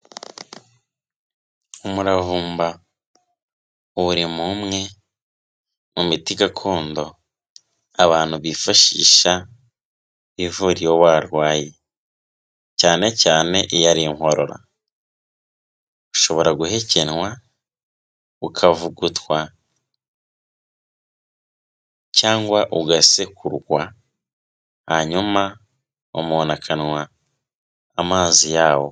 Umuravumba uri mu mwe mu miti gakondo abantu bifashisha ivura iyo warwaye cyane cyane iya ari inkorora, ushobora guhekenywa, ukavugutwa cyangwa ugasekurwa hanyuma umuntu akanywa amazi yawo.